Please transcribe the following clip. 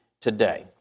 today